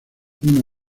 una